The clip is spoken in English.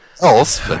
else